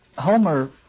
Homer